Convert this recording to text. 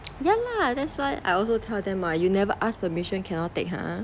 yeah lah that's why I also tell them [what] you never ask permission cannot take !huh!